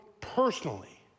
personally